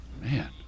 Man